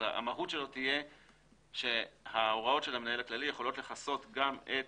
אבל המהות שלו תהיה שההוראות של המנהל הכללי יכולות לכסות גם את